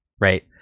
Right